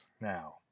now